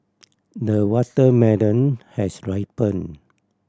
the watermelon has ripened